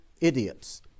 idiots